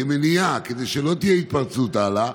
כמניעה, כדי שלא תהיה התפרצות הלאה,